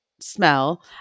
smell